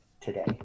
today